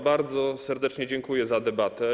Bardzo serdecznie dziękuję za debatę.